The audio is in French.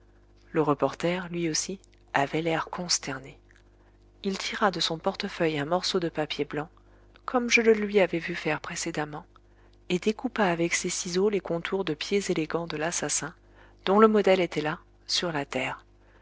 le reporter lui aussi avait l'air consterné il tira de son portefeuille un morceau de papier blanc comme je le lui avais vu faire précédemment et découpa avec ses ciseaux les contours de pieds élégants de l'assassin dont le modèle était là sur la terre